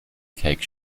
cake